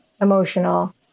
emotional